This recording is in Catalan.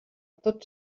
tots